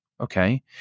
okay